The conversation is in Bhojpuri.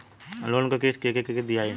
लोन क किस्त के के दियाई?